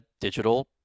digital